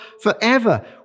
forever